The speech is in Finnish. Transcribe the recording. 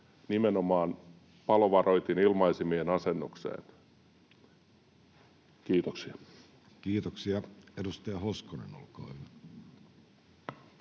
nimenomaan palovaroitinilmaisimien asennukseen? — Kiitoksia. Kiitoksia. — Edustaja Hoskonen, olkaa hyvä.